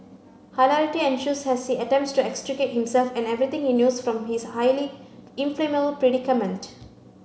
hilarity ensues as he attempts to extricate himself and everything he knows from his highly predicament